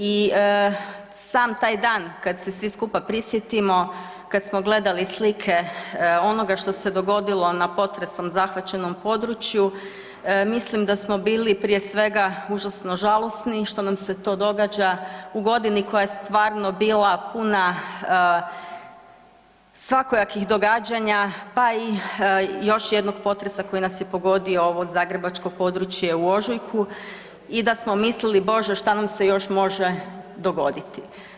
I sam taj dana kad se svi skupa prisjetimo, kad smo gledali slike onoga što se dogodilo na potresom zahvaćenom području mislim da smo bili prije svega užasno žalosni što nam se to događa u godini koja je stvarno bila puna svakojakih događanja, pa i još jednog potresa koji nas je pogodio ovo zagrebačko područje u ožujku i da smo mislili Bože šta nam se još može dogoditi.